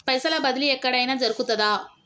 పైసల బదిలీ ఎక్కడయిన జరుగుతదా?